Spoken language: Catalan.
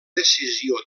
decisió